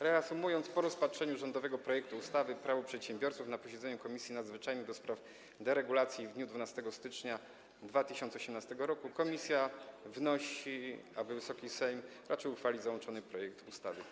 Reasumując, po rozpatrzeniu rządowego projektu ustawy Prawo przedsiębiorców na posiedzeniu Komisji Nadzwyczajnej do spraw deregulacji w dniu 12 stycznia 2018 r., komisja wnosi, aby Wysoki Sejm raczył uchwalić załączony projekt ustawy.